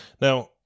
now